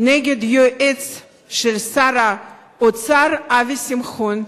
נגד היועץ של שר האוצר אבי שמחון.